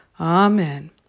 Amen